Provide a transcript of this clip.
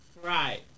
Right